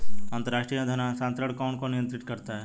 अंतर्राष्ट्रीय धन हस्तांतरण को कौन नियंत्रित करता है?